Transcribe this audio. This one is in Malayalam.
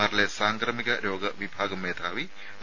ആറിലെ സാംക്രമിക രോഗ വിഭാഗം മേധാവി ഡോ